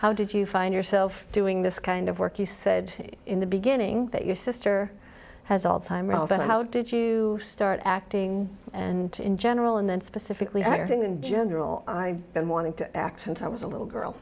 how did you find yourself doing this kind of work you said in the beginning that your sister has all time roles and how did you start acting and in general and then specifically acting in general i been wanting to accent i was a little girl